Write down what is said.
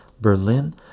Berlin